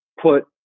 put